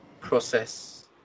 process